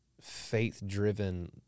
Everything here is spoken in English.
faith-driven